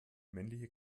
männliche